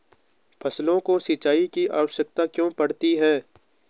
फसलों को सिंचाई की आवश्यकता क्यों पड़ती है?